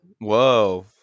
Whoa